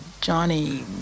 Johnny